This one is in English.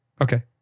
Okay